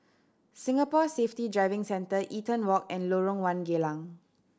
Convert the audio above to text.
Singapore Safety Driving Centre Eaton Walk and Lorong One Geylang